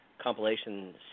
compilation